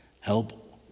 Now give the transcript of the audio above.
help